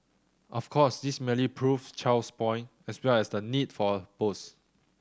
of course this merely proves Chow's point as well as and the need for her post